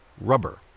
Rubber